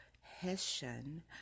Hessian